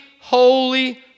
holy